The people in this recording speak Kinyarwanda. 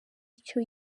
icyo